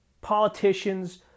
politicians